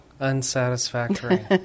unsatisfactory